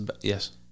yes